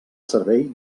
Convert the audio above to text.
servei